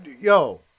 yo